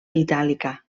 itàlica